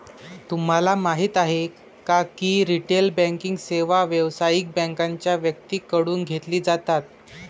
तुम्हाला माहिती आहे का की रिटेल बँकिंग सेवा व्यावसायिक बँकांच्या व्यक्तींकडून घेतली जातात